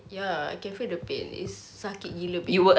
ya I can feel the pain it's sakit gila babe